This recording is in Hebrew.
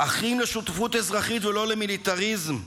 אחים לשותפות אזרחית ולא למיליטריזם,